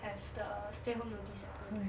have the stay home notice at home